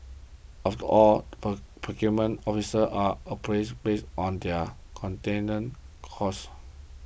after all procurement officers are appraised based on their containing costs